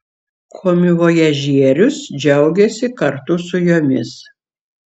komivojažierius džiaugėsi kartu su jomis